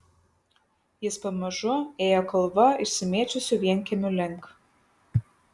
jis pamažu ėjo kalva išsimėčiusių vienkiemių link